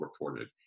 reported